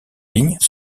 ligne